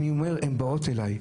הן באות אליי,